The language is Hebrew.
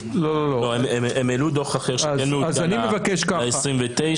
הם העלו דוח אחר שכן מעודכן ל-29.